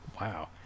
Wow